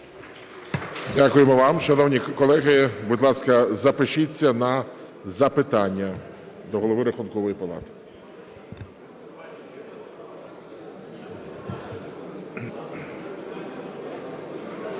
Дякуємо вам. Шановні колеги, будь ласка, запишіться на запитання до Голови Рахункової палати.